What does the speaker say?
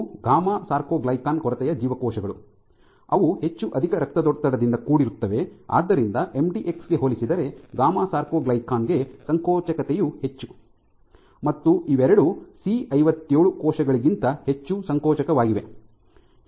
ಇವು gamma sarcoglycan ಕೊರತೆಯ ಜೀವಕೋಶಗಳು ಅವು ಹೆಚ್ಚು ಅಧಿಕ ರಕ್ತದೊತ್ತಡದಿಂದ ಕೂಡಿರುತ್ತವೆ ಆದ್ದರಿಂದ ಎಂಡಿಎಕ್ಸ್ ಗೆ ಹೋಲಿಸಿದರೆ ಗಾಮಾ ಸಾರ್ಕೊಗ್ಲೈಕಾನ್ ಗೆ ಸಂಕೋಚಕತೆಯು ಹೆಚ್ಚು ಮತ್ತು ಇವೆರಡೂ ಸಿ ಐವತ್ತೇಳು ಕೋಶಗಳಿಗಿಂತ ಹೆಚ್ಚು ಸಂಕೋಚಕವಾಗಿವೆ